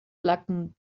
blackened